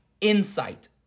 insight